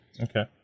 Okay